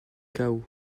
chaos